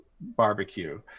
barbecue